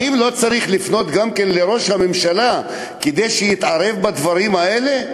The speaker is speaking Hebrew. האם לא צריך לפנות גם לראש הממשלה כדי שיתערב בדברים האלה?